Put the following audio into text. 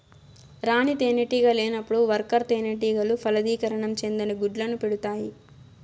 రాణి తేనెటీగ లేనప్పుడు వర్కర్ తేనెటీగలు ఫలదీకరణం చెందని గుడ్లను పెడుతాయి